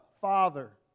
Father